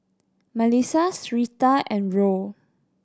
Malissa Syreeta and Roll